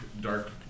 dark